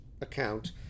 account